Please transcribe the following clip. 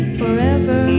forever